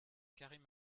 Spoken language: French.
karim